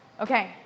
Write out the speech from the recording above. Okay